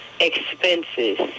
expenses